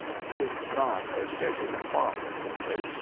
this is not a cherchez la femme story,